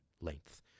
length